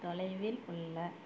தொலைவில் உள்ள